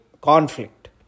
conflict